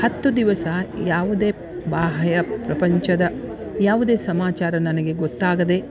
ಹತ್ತು ದಿವಸ ಯಾವುದೇ ಬಾಹ್ಯ ಪ್ರಪಂಚದ ಯಾವುದೇ ಸಮಾಚಾರ ನನಗೆ ಗೊತ್ತಾಗದೆ